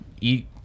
eat